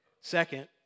Second